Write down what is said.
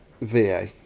va